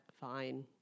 fine